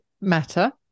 matter